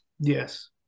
yes